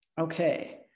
okay